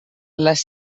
les